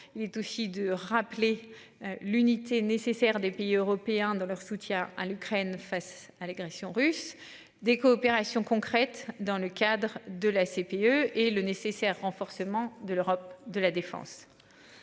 Il est aussi de rappeler l'unité nécessaire, des pays européens dans leur soutien à l'Ukraine face à l'agression russe des coopérations concrètes dans le cadre de la FCPE et le nécessaire renforcement de l'Europe de la défense.